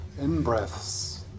in-breaths